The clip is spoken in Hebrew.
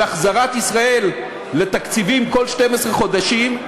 על החזרת ישראל לתקציבים כל 12 חודשים,